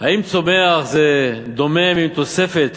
האם צומח זה דומם עם תוספת